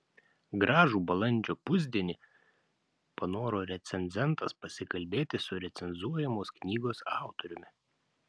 gražų balandžio pusdienį panoro recenzentas pasikalbėti su recenzuojamos knygos autoriumi